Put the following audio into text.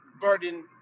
burden